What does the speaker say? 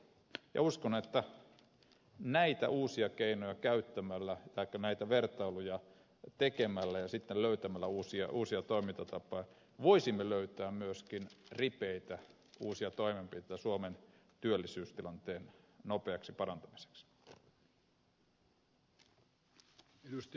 uskon että näitä uusia keinoja käyttämällä tai näitä vertailuja tekemällä ja sitten löytämällä uusia toimintatapoja voisimme löytää myöskin ripeitä uusia toimenpiteitä suomen työllisyystilanteen nopeaksi parantamiseksi